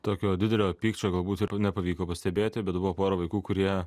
tokio didelio pykčio galbūt ir nepavyko pastebėti bet buvo pora vaikų kurie